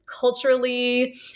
culturally